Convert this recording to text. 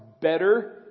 better